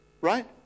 Right